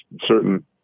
certain